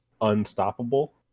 unstoppable